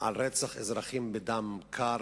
על רצח אזרחים בדם קר,